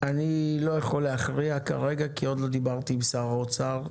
לא יכול להכריע כרגע, כי טרם דיברתי עם שר האוצר.